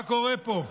מה קורה פה?